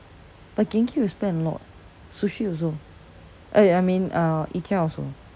but genki will spend a lot sushi also eh I mean uh ikea also